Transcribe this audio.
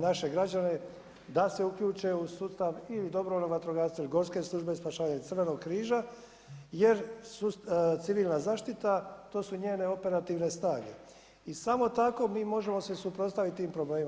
naše građane da se uključe u sustav ili dobrovoljnog vatrogastva ili gorske službe spašavanja i Crvenog križa jer civilna zaštita to su njene operativne snage i samo tako mi možemo se suprotstaviti tim problemima.